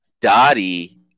Dottie